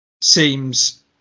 seems